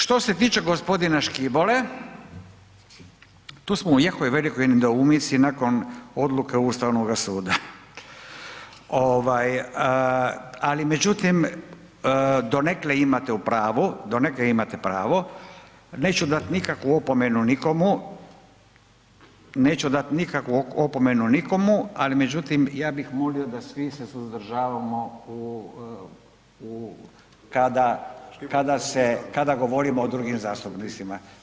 Što se tiče gospodina Škibole, tu smo u jako velikoj nedoumici nakon odluke Ustavnoga suda, ovaj, ali međutim donekle imate u pravu, donekle imate pravo, neću dat nikakvu opomenu nikomu, neću dati nikakvu opomenu nikomu, ali međutim ja bih molio da svi se suzdržavamo u, kada se, kada govorimo o drugim zastupnicima,